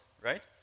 right